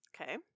Okay